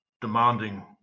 demanding